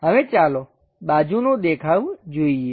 હવે ચાલો બાજુનો દેખાવ જોઈએ